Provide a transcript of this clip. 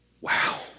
Wow